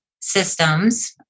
systems